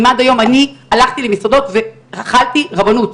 אם עד היום הלכתי למסעדות ואכלתי רבנות,